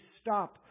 stop